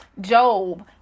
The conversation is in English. Job